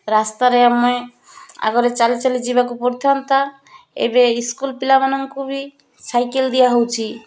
ରାସ୍ତାରେ ଆମେ ଆଗରେ ଚାଲି ଚାଲି ଯିବାକୁ ପଡ଼ିଥାନ୍ତା ଏବେ ସ୍କୁଲ ପିଲାମାନଙ୍କୁ ବି ସାଇକେଲ ଦିଆହେଉଛି